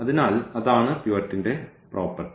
അതിനാൽ അതാണ് പിവറ്റിന്റെ പ്രോപ്പർട്ടി